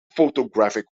photographic